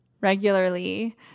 regularly